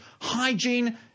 hygiene